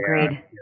agreed